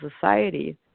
society –